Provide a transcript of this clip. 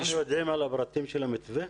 אנחנו יודעים מה פרטי המתווה?